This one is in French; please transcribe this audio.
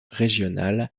régionale